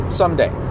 someday